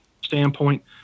standpoint